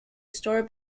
store